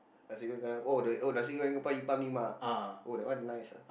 Nasi-Goreng-Kerang oh the oh Nasi-Goreng-Kerang-Ipam-Nima oh that one nice ah